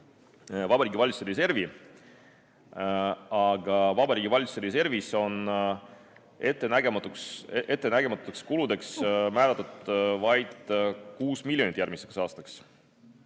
Vabariigi Valitsuse reservi, aga Vabariigi Valitsuse reservis on ettenägematuteks kuludeks määratud vaid 6 miljonit järgmiseks aastaks.